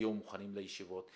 תגיעו מוכנים לישיבות.